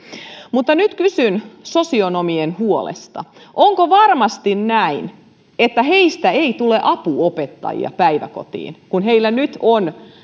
mutta nyt kysyn sosionomien huolesta onko varmasti näin että heistä ei tule apuopettajia päiväkotiin kun heillä nyt on